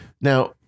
Now